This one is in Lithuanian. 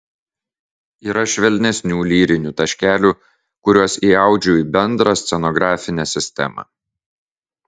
yra švelnesnių lyrinių taškelių kuriuos įaudžiu į bendrą scenografinę sistemą